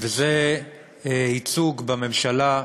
וזה ייצוג בממשלה,